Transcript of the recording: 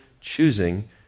choosing